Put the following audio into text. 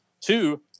Two